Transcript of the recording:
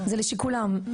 זה לשיקולם,